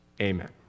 Amen